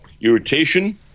Irritation